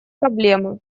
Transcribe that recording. проблема